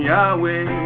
Yahweh